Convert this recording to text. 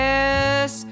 Yes